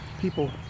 people